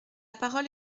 parole